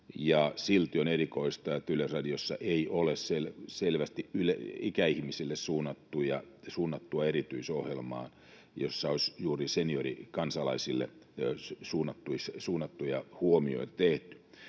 silti on erikoista, että Yleisradiossa ei ole selvästi ikäihmisille suunnattua erityisohjelmaa, jossa olisi juuri seniorikansalaisille suunnattuja huomioita tehty.